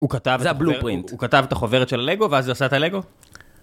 הוא כתב את החוברת של הלגו, ואז זה עשה את הלגו?